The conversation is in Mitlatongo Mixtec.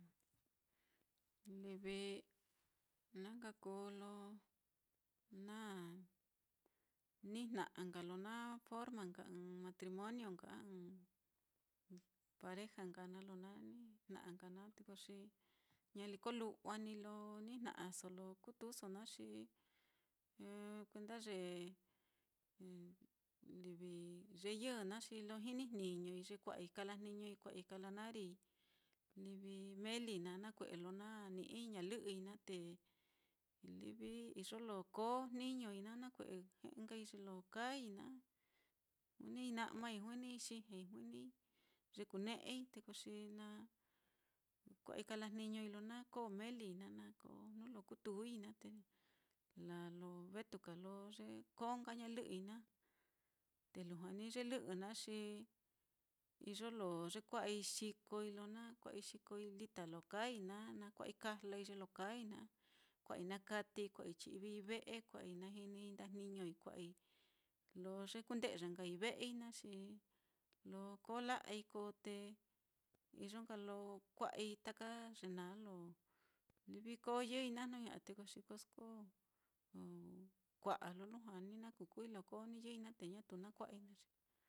livi na nka kuu lo na nijna'a nka lo na forma ɨ́ɨ́n matrimonio nka, a ɨ́ɨ́n pareja nka naá lo na nijna'a na xi ñaliko lujua ní lo ni jna'aso lo kutuuso naá, xi kuenda ye livi ye yɨ naá, xi lo jini jniñoi, ye kuai kalajniñoi, kua'ai kalanarii melii naá, nakue'e lo na ni'i ñalɨ'ɨi naá te livi iyo lo koo jniñoi naá, nakue'e nkai ye lo kaai naá, juinii na'mai, juinii xijñei, juinii ye kune'ei, ko xi na kua'ai kalajniñoi lo na koo melii na koo nuu lo kutui naá, te laa lo vetuka lo ye koo nka ñalɨ'ɨi naá, te lujua ní ye lɨ'ɨ naá xi, iyo lo yekua'ai xikoi lo na kua'ai xikoi lita lo kaai naá, na kua'ai kajlai ye lo kaai naá, kua'ai nakatei, kua'ai chi'vii ve'e, kua'ai najinii ndajniñoi, kua'ai lo ye kunde'ya nkai ve'ei naá, xi lo koo la'ai koo te iyo nka lo kua'ai taka ye naá lo livi ko yɨi naá, jnu ña'a te koso ko kua'a lo lujua ni lo kuu kuui lo koo ní yɨi naá te ñatu na kua'ai